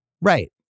Right